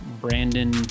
Brandon